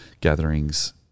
gatherings